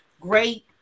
great